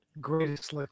greatest